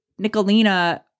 Nicolina